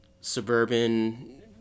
suburban